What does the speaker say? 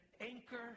anchor